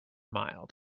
mild